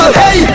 hey